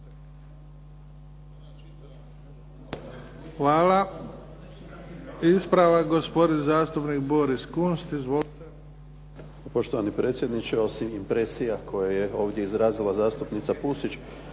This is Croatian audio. Hvala. Ispravak gospodin zastupnik Boris Kunst. Izvolite.